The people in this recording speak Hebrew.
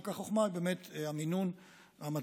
רק החוכמה היא באמת המינון המתאים.